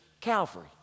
Calvary